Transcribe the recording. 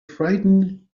frightened